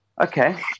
okay